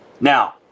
Now